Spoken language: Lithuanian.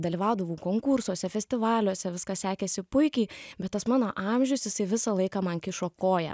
dalyvaudavau konkursuose festivaliuose viskas sekėsi puikiai bet tas mano amžius jisai visą laiką man kišo koją